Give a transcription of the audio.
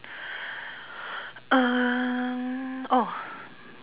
um